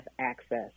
access